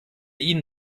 ihnen